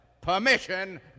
Permission